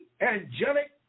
angelic